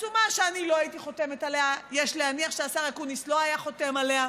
עצומה שאני לא הייתי חותמת עליה ויש להניח שהשר לא היה חותם עליה,